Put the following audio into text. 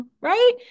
Right